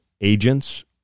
agents